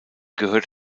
gehört